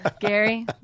Gary